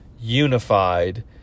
unified